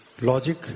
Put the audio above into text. logic